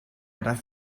das